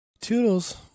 Toodles